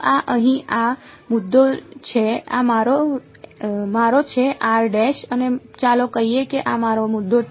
તો આ અહીં આ મુદ્દો છે આ મારો છે અને ચાલો કહીએ કે આ મારો મુદ્દો છે